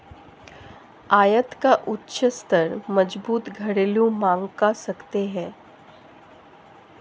आयात का उच्च स्तर मजबूत घरेलू मांग का संकेत है